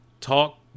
talk